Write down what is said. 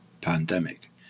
pandemic